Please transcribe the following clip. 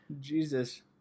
Jesus